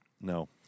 No